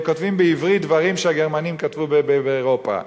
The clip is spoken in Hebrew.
כותבים בעברית דברים שהגרמנים כתבו באירופה,